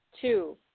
Two